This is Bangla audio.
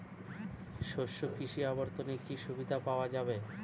শস্য কৃষি অবর্তনে কি সুবিধা পাওয়া যাবে?